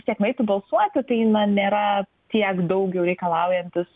vistiek nueiti balsuoti tai na nėra tiek daug jau reikalaujantis